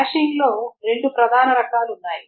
హాషింగ్లో రెండు ప్రధాన రకాలు ఉన్నాయి